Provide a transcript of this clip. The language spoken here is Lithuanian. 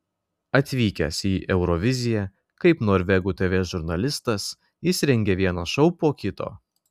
atvykęs į euroviziją kaip norvegų tv žurnalistas jis rengia vieną šou po kito